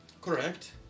Correct